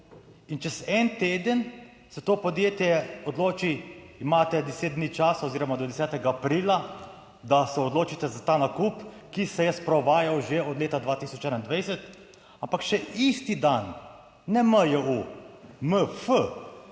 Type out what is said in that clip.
in čez en teden se to podjetje odloči, imate deset dni časa oziroma do 10. aprila, da se odločite za ta nakup, ki se je sprovajal že od leta 2021, ampak še isti dani ne MJU, MF,